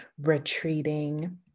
retreating